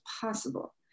possible